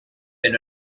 been